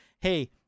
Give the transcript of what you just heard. hey